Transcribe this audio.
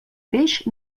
peix